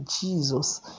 jesus